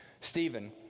Stephen